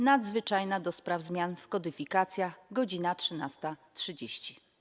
Nadzwyczajnej do spraw zmian w kodyfikacjach - godz. 13.30.